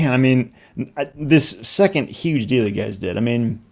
and i mean this second huge deal you guys did, i mean